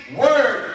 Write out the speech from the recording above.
word